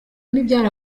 n’ibyari